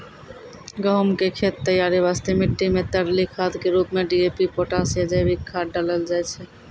गहूम के खेत तैयारी वास्ते मिट्टी मे तरली खाद के रूप मे डी.ए.पी पोटास या जैविक खाद डालल जाय छै